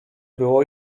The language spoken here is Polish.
było